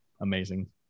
amazing